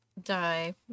die